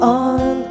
on